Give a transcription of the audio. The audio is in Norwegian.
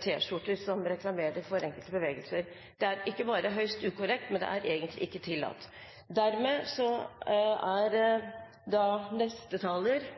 T-skjorter som reklamerer for enkelte bevegelser. Det er ikke bare høyst ukorrekt, det er egentlig ikke tillatt. Jeg er